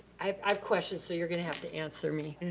i have questions, so you're gonna have to answer me.